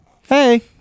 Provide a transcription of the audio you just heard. Hey